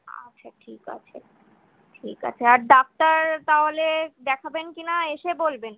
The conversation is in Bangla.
আচ্ছা ঠিক আছে ঠিক আছে আর ডাক্তার তাহলে দেখাবেন কি না এসে বলবেন